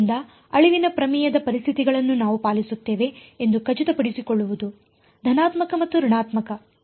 ಆದ್ದರಿಂದ ಅಳಿವಿನ ಪ್ರಮೇಯದ ಪರಿಸ್ಥಿತಿಗಳನ್ನು ನಾವು ಪಾಲಿಸುತ್ತೇವೆ ಎಂದು ಖಚಿತಪಡಿಸಿಕೊಳ್ಳುವುದು ಧನಾತ್ಮಕ ಮತ್ತು ಋಣಾತ್ಮಕ